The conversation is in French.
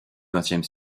vingtième